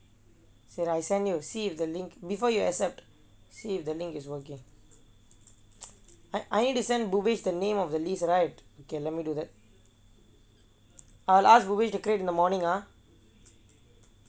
okay I send you see if the link before you accept see if the link is working I I need to send boobash the name of the list right okay let me do that I'll ask boobeige to create in the morning ah